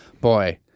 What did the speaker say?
boy